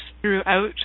throughout